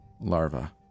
Larva